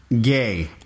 gay